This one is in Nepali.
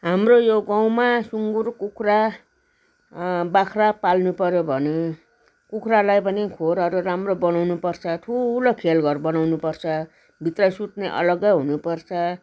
हाम्रो यो गाउँमा सुँगुर कुखुरा बाख्रा पाल्नुपऱ्यो भने कुखुरालाई पनि खोरहरू राम्रो बनाउनुपर्छ ठुलो खेलघर बनाउनुपर्छ भित्रै सुत्ने अलग्गै हुनुपर्छ